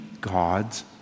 God's